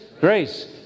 grace